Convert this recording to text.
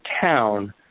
town